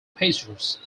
pacers